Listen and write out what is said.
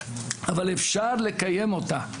אבל אפשר לקיים אותה,